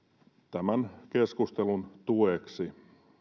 tämän keskustelun tueksi